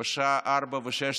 השעה 04:16,